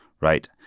right